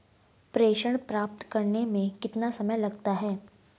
प्रेषण प्राप्त करने में कितना समय लगता है?